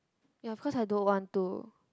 yea cause I don't want to